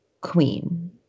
Queen